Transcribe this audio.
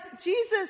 Jesus